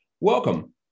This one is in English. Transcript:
Welcome